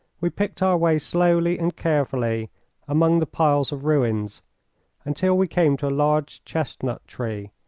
we picked our way slowly and carefully among the piles of ruins until we came to a large chestnut tree.